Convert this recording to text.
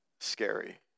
scary